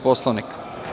Poslovnika.